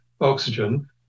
oxygen